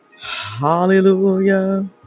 Hallelujah